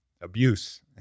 abuse